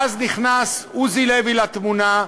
ואז נכנס עוזי לוי לתמונה,